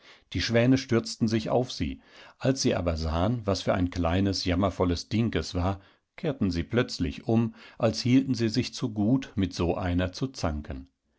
die schwäne stürzten sich auf sie als sie aber sahen was für ein kleines jammervollesdingeswar kehrtensieplötzlichum alshieltensiesichzugut mit so einer zu zanken